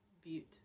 Butte